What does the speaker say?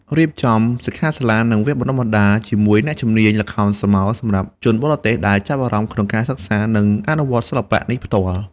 រៀបចំសិក្ខាសាលា និងវគ្គបណ្តុះបណ្តាល ជាមួយអ្នកជំនាញល្ខោនស្រមោល សម្រាប់ជនបរទេសដែលចាប់អារម្មណ៍ក្នុងការសិក្សា និងអនុវត្តសិល្បៈនេះផ្ទាល់។